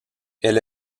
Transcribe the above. elle